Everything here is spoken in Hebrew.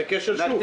זה כשל שוק.